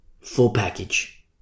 Full-package